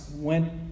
went